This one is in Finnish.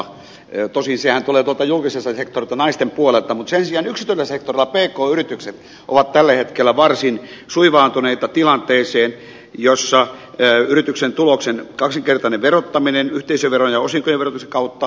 tosin sehän tulee tuolta julkiselta sektorilta naisten puolelta mutta sen sijaan yksityisellä sektorilla pk yritykset ovat tällä hetkellä varsin suivaantuneita johon on syynä tietysti yrityksen tuloksen kaksinkertainen verottaminen yhteisöveron ja osinkojen verotuksen kautta